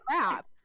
crap